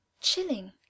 chilling